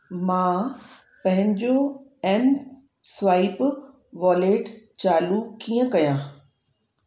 मां पंहिंजो M swipe wallet चालू कीअं कयां